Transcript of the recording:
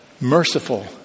merciful